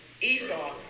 Esau